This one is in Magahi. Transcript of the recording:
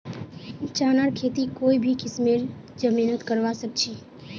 चनार खेती कोई भी किस्मेर जमीनत करवा सखछी